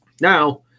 Now